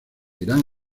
irán